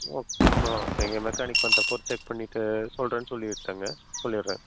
ஆ ஓகேங்க மெக்கானிக் வந்த அப்புறம் செக் பண்ணிவிட்டு சொல்கிறேன்னு சொல்லிவிட்டேங்க சொல்லிடுறேன்